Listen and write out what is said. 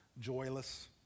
joyless